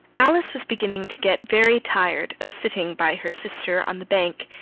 alice was beginning to get very tired of sitting by her sister on the bank,